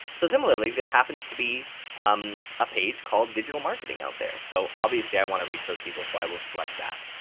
so similarly, there happens to be um a page called digital marketing out there, so obviously i want to reach those people, so i will select that.